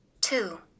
two